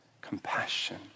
compassion